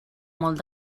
molt